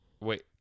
Wait